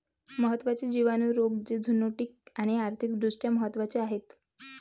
महत्त्वाचे जिवाणू रोग जे झुनोटिक आणि आर्थिक दृष्ट्या महत्वाचे आहेत